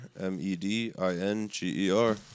M-E-D-I-N-G-E-R